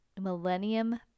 Millennium